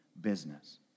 business